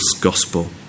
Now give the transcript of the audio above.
gospel